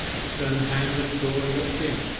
he turned the handle of the door and looked in.